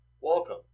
Welcome